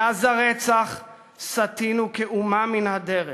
מאז הרצח סטינו, כאומה, מן הדרך,